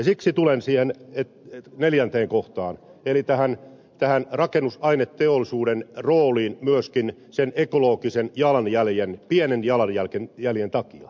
siksi tulen siihen neljänteen kohtaan eli rakennusaineteollisuuden rooliin myöskin sen pienen ekologisen jalanjäljen takia